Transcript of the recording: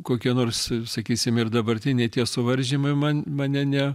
kokie nors sakysime ir dabartiniai tie suvaržymai man mane ne